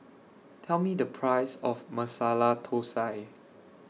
Tell Me The Price of Masala Thosai